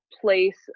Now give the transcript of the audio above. place